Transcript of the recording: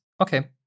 Okay